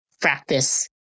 practice